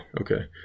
okay